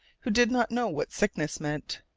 who did not know what sickness meant.